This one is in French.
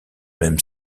même